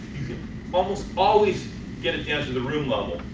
almost always get it down to the room level,